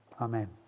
Amen